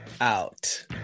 out